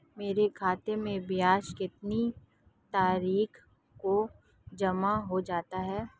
मेरे खाते में ब्याज कितनी तारीख को जमा हो जाता है?